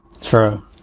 True